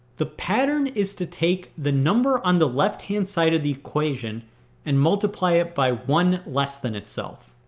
the pattern is to take the number on the left hand side of the equation and multiply it by one less than itself.